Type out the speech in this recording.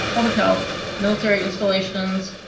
public health, military installations,